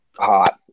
hot